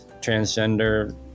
transgender